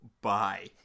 bye